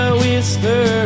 whisper